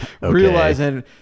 realizing